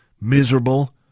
miserable